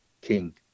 king